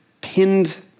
pinned